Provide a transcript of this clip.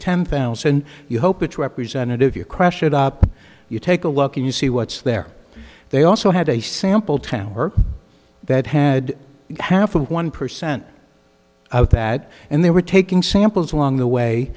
ten thousand you hope it representative your crush it up you take lucky you see what's there they also had a sample tower that had a half of one percent of that and they were taking samples along the way